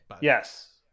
Yes